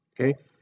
Okay